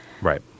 Right